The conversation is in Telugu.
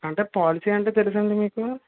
అంటే పోలసీ అంటే తెలుసా అండి మీకు